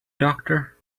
doctor